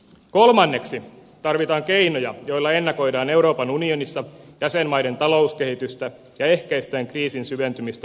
kolmanneksi tarvitaan keinoja joilla ennakoidaan euroopan unionissa jäsenmaiden talouskehitystä ja ehkäistään kriisin syventymistä muihin maihin